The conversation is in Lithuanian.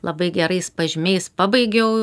labai gerais pažymiais pabaigiau